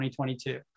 2022